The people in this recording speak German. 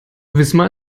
wismar